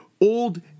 old